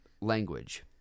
language